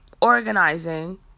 organizing